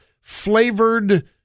flavored